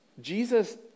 Jesus